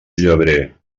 llebrer